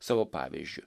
savo pavyzdžiu